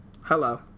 Hello